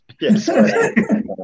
yes